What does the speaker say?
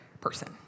person